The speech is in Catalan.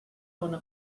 bona